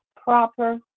proper